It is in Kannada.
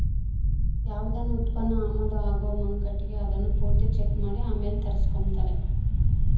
ಯಾವ್ದನ ಉತ್ಪನ್ನ ಆಮದು ಆಗೋ ಮುಂಕಟಿಗೆ ಅದುನ್ನ ಪೂರ್ತಿ ಚೆಕ್ ಮಾಡಿ ಆಮೇಲ್ ತರಿಸ್ಕೆಂಬ್ತಾರ